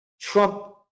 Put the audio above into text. Trump